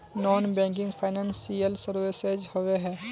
Non banking financial services होबे है?